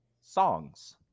songs